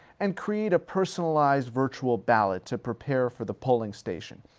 and create a personalized virtual ballot to prepare for the polling station.